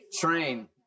Train